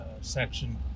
section